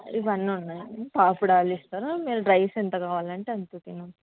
ఇవన్నీ ఉన్నాయి పాపడాలు ఇస్తారు మీరు రైస్ ఎంత కావాలి అంటే అంత తినవచ్చు